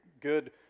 good